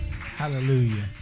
Hallelujah